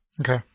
Okay